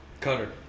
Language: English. Cutter